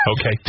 Okay